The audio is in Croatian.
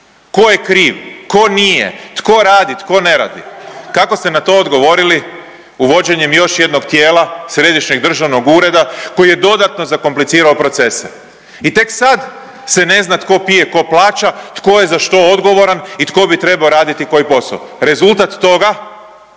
tko je kriv, tko nije, tko radi, tko ne radi. Kako ste na to odgovorili? Uvođenjem još jednog tijela Središnjeg državnog ureda koji je dodatno zakomplicirao procese. I tek sad se ne zna tko pije, tko plaća, tko je za što odgovoran i tko bi trebao raditi koji posao. Rezultat toga